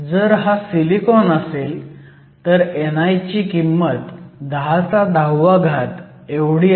जर हा सिलिकॉन असेल तर ni ची किंमत 1010 आहे